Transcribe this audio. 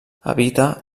habita